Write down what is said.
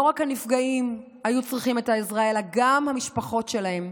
שבהם לא רק הנפגעים היו צריכים את העזרה אלא גם המשפחות שלהם.